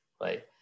right